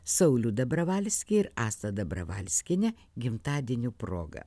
saulių dabravalskį ir astą dobravalskienę gimtadienių proga